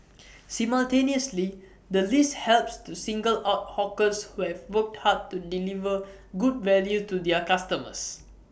simultaneously the list helps to single out hawkers who have worked hard to deliver good value to their customers